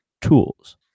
tools